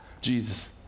Jesus